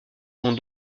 vont